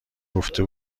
گفته